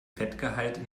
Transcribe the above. fettgehalt